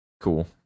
Cool